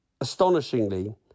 Astonishingly